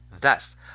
Thus